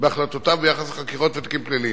בהחלטותיו ביחס לחקירות ותיקים פליליים.